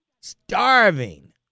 starving